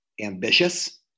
ambitious